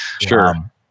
Sure